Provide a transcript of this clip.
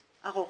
ארוך.